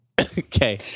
Okay